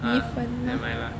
ah nevermind lah